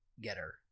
getter